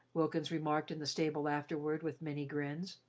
wilkins remarked in the stable afterward with many grins.